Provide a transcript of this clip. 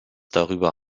darüber